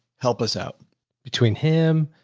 help us out between him,